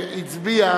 נגד,